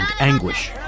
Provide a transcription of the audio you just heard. anguish